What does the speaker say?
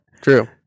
true